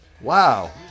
Wow